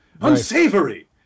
unsavory